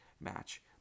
match